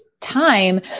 time